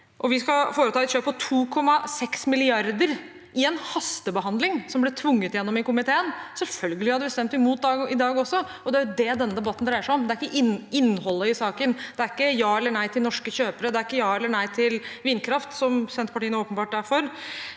vi skal foreta et kjøp på 2,6 mrd. kr i en hastebehandling som ble tvunget gjennom i komiteen, hadde vi selvfølgelig stemt imot i dag også. Det er det denne debatten dreier seg om. Det er ikke innholdet i saken. Det er ikke ja eller nei til norske kjøpere. Det er ikke ja eller nei til vindkraft, som Senterpartiet nå åpenbart er for.